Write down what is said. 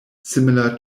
similar